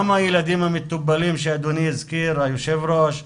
גם הילדים המטופלים שאדוני היושב ראש הזכיר,